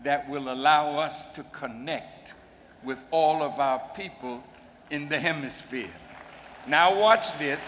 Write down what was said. that will allow us to connect with all of our people in the hemisphere now watch